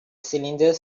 cylinder